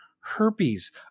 herpes